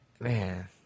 Man